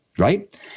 right